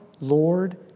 Lord